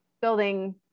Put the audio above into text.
building